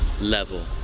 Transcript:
level